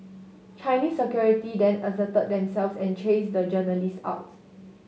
Chinese security then asserted themselves and chased the journalists out